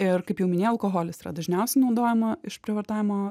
ir kaip jau minėjau alkoholis yra dažniausiai naudojama išprievartavimo